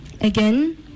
Again